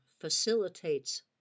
facilitates